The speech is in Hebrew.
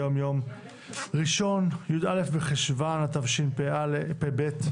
היום יום ראשון י"א בחשון, תשפ"ב.